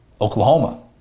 Oklahoma